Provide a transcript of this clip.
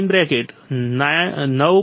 1 k2